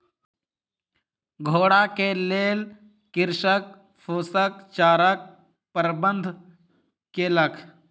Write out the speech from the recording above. घोड़ा के लेल कृषक फूसक चाराक प्रबंध केलक